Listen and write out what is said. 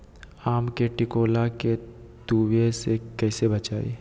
आम के टिकोला के तुवे से कैसे बचाई?